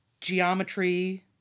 geometry